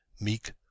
meek